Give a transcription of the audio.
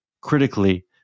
critically